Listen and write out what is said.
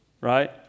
right